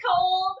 cold